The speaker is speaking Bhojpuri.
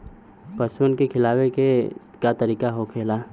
पशुओं के खिलावे के का तरीका होखेला?